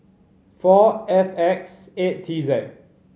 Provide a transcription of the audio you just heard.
four F X eight T Z